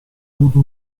avuto